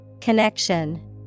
Connection